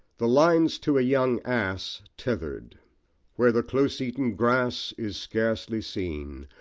the lines to a young ass, tethered where the close-eaten grass is scarcely seen,